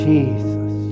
Jesus